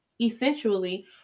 essentially